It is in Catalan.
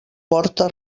porta